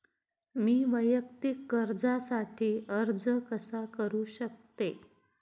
मी वैयक्तिक कर्जासाठी अर्ज कसा करु शकते?